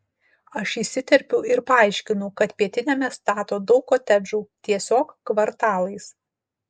aš įsiterpiu ir paaiškinu kad pietiniame stato daug kotedžų tiesiog kvartalais